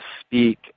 speak